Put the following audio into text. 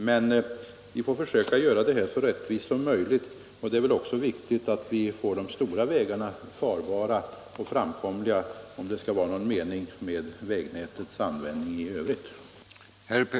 Men vi får försöka göra fördelningen så rättvis som möjligt, och det är väl också viktigt att de stora vägarna blir farbara och lätt framkomliga.